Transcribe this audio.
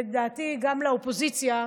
לדעתי, גם לאופוזיציה,